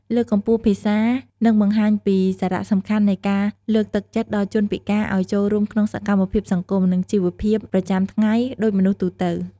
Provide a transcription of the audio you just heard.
លើកកម្ពស់ភាសា នឹងបង្ហាញពីសារៈសំខាន់នៃការលើកទឹកចិត្តដល់ជនពិការឲ្យចូលរួមក្នុងសកម្មភាពសង្គម និងជីវភាពប្រចាំថ្ងៃដូចមនុស្សទូទៅ ។